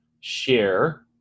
share